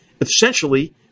essentially